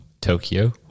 Tokyo